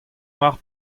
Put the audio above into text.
mar